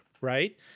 right